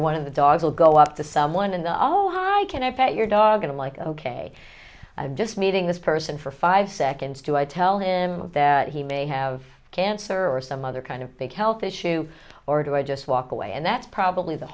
one of the dogs will go up to someone in the oh i can affect your dog and like ok i'm just meeting this person for five seconds to i tell him that he may have cancer or some other kind of big health issue or do i just walk away and that's probably the